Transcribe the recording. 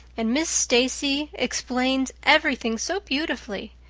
and miss stacy explains everything so beautifully.